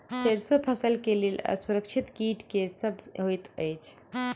सैरसो फसल केँ लेल असुरक्षित कीट केँ सब होइत अछि?